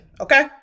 okay